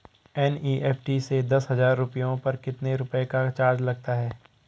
NEFT से दस हजार रुपयों पर कितने रुपए का चार्ज लगता है?